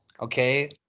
okay